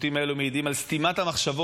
הציטוטים האלה מעידים גם על סתימת המחשבות,